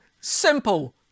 Simple